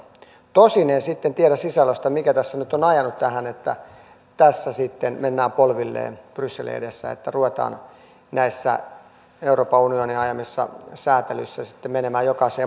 tosin en sitten tiedä sisällöstä mikä tässä on ajanut tähän että tässä sitten mennään polvilleen brysselin edessä että ruvetaan näissä euroopan unionin ajamissa säätelyissä menemään jokaiseen mukaan hyvinkin helposti